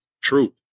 true